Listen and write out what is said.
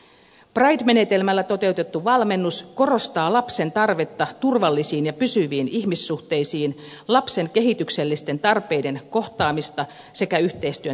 pride menetelmällä toteutettu valmennus korostaa lapsen tarvetta turvallisiin ja pysyviin ihmissuhteisiin lapsen kehityksellisten tarpeiden kohtaamista sekä yhteistyön tärkeyttä